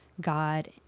God